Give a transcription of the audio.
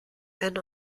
and